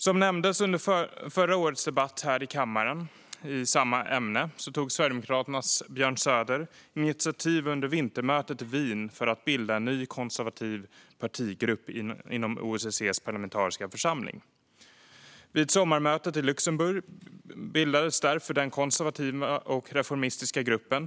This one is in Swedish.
Som nämndes under förra årets debatt här i kammaren i samma ämne tog Sverigedemokraternas Björn Söder under vintermötet i Wien initiativ till att bilda en ny konservativ partigrupp inom OSSE:s parlamentariska församling. Vid sommarmötet i Luxemburg bildades därför den konservativa och reformistiska gruppen.